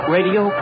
Radio